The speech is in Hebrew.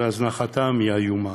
וההזנחה היא איומה.